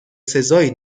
سزایی